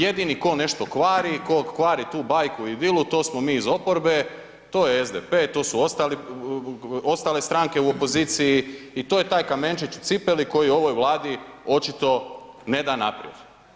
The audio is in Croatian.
Jedini ko nešto kvari, ko kvari tu bajku i idilu to smo mi iz oporbe, to je SDP to su ostale stranke u opoziciji i to je taj kamenčić u cipeli koji ovoj Vladi očito ne da naprijed.